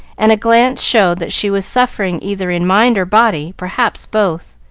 and a glance showed that she was suffering either in mind or body perhaps both.